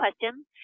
question